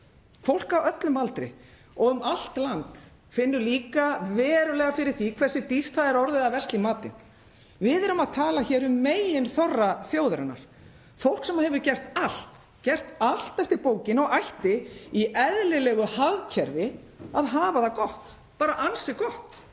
Fólk á öllum aldri og um allt land finnur líka verulega fyrir því hversu dýrt það er orðið að versla í matinn. Við erum að tala hér um meginþorra þjóðarinnar. Fólk sem hefur gert allt — allt eftir bókinni og ætti í eðlilegu hagkerfi að hafa það gott, bara ansi gott.